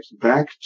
back